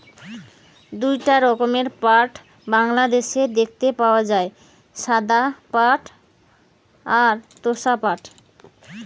দুইটা রকমের পাট বাংলাদেশে দেখতে পাওয়া যায়, সাদা পাট আর তোষা পাট